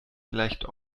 gleicht